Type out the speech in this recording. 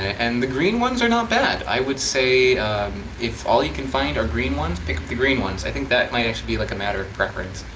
and the green ones are not bad. i would say if all you can find are green ones pick up the green ones i think that might actually be like a matter of preference.